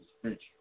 French